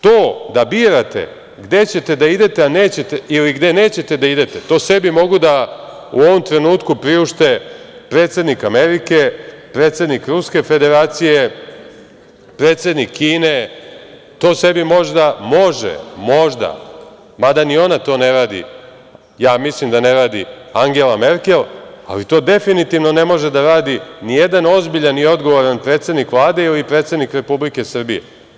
To da birate gde ćete da idete ili gde nećete da idete, to sebi mogu da u ovom trenutku priušte predsednik Amerike, predsednik Ruske Federacije, predsednik Kine, to sebi možda može, možda, mada ni ona to ne radi, ja mislim da ne radi, Angela Merkel, ali to definitivno ne može da radi nijedan ozbiljan i odgovoran predsednik Vlade ili predsednik Republike Srbije.